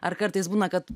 ar kartais būna kad